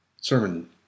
sermon